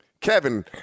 Kevin